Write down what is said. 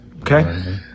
okay